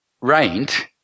rained